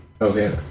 okay